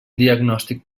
diagnòstic